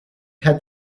had